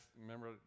Remember